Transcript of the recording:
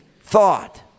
thought